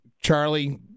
Charlie